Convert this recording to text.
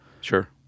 Sure